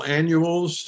annuals